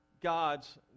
God's